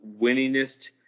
winningest